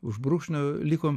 už brūkšnio likom